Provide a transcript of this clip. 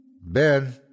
Ben